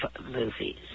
movies